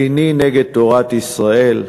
איני נגד תורת ישראל.